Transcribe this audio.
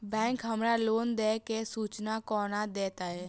Bank हमरा loan देय केँ सूचना कोना देतय?